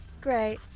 Great